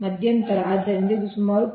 ಆದ್ದರಿಂದ ಇದು ಸುಮಾರು 0